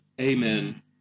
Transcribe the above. amen